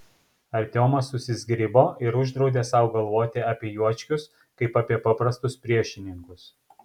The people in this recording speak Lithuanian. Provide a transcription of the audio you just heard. artiomas susizgribo ir uždraudė sau galvoti apie juočkius kaip apie paprastus priešininkus